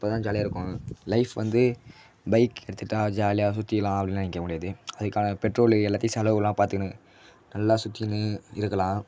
அப்போ தான் ஜாலியாக இருக்கும் லைஃப் வந்து பைக் எடுத்துக்கிட்டால் ஜாலியாக சுற்றிக்கலாம் அப்படி நினைக்க முடியாது அதுக்கான பெட்ரோலு எல்லாத்தையும் செலவுகள்லாம் பார்த்துக்கினு நல்லா சுற்றிக்கினு இருக்கலாம்